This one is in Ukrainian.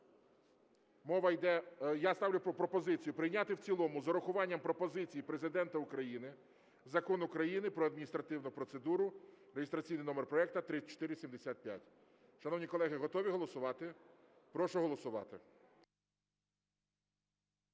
Я ставлю пропозицію прийняти в цілому з урахуванням пропозицій Президента України Закон України "Про адміністративну процедуру" (реєстраційний номер проекту 3475). Шановні колеги, готові голосувати? Прошу голосувати.